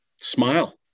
Smile